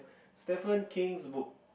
Stephen-King's book